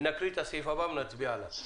נקריא את הסעיף הבא ונצביע עליו.